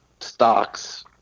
stocks